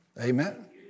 Amen